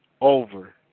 over